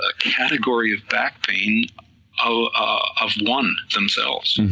ah category of back pain ah of one, themselves.